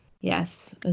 Yes